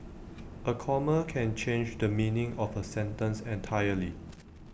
A comma can change the meaning of A sentence entirely